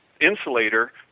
insulator